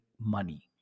money